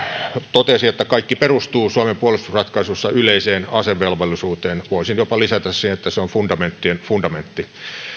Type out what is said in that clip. totesi että kaikki perustuu suomen puolustusratkaisussa yleiseen asevelvollisuuteen voisin jopa lisätä siihen että se on fundamenttien fundamentti